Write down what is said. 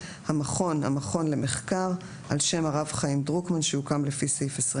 "המכון" המכון למחקר על שם הרב חיים דרוקמן שהוקם לפי סעיף 22,